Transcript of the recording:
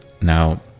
Now